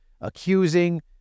accusing